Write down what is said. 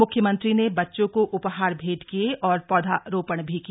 मुख्यमंत्री ने बच्चों को उपहार भेंट किए और पौधारोपण भी किया